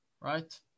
Right